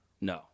No